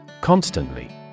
Constantly